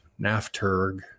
NAFTURG